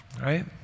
Right